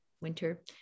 winter